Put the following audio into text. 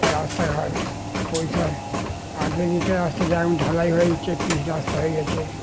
রাস্তাঘাট পয়সা আগে যেটা রাস্তাতে এখন ঢালাই হয়েছে পিচ রাস্তা হয়ে গিয়েছে